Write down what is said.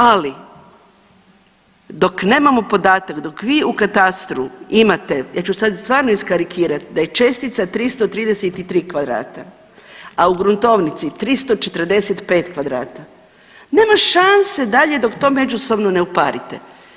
Ali dok nemamo podatak dok vi u katastru imate, ja ću sad stvarno iskarikirati da je čestica 333 kvadrata, a u gruntovnici 345 kvadrata nema šanse dalje dok to međusobno ne uparite.